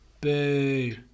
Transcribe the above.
Boo